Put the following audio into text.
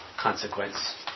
consequence